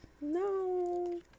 No